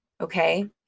okay